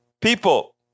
People